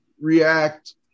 react